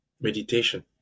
meditation